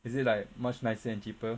is it like much nicer and cheaper